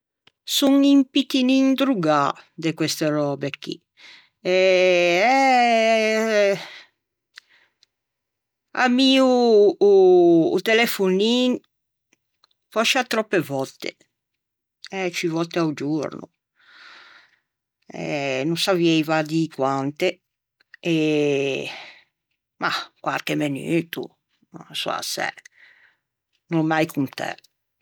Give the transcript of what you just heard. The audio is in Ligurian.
Son un pittinin drogâ de queste röbe chì eh ammio o telefonin fòscia tròppe vòtte e ciù vòtte a-o giorno e no savieiva dî quante e mah quarche menuto, so assæ no l'ò mai contæ